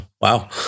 wow